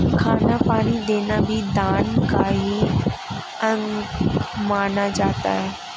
खाना पीना देना भी दान का ही अंग माना जाता है